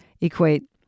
equate